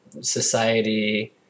society